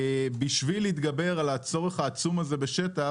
בשביל להתגבר על הצורך העצום הזה בשטח